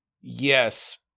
Yes